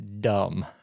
dumb